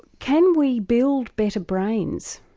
can we build better brains?